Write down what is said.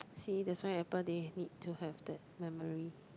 see that's why Apple they need to have that memory